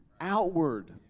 outward